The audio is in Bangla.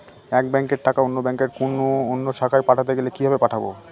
এক ব্যাংকের টাকা অন্য ব্যাংকের কোন অন্য শাখায় পাঠাতে গেলে কিভাবে পাঠাবো?